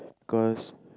cause